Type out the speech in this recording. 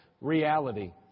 reality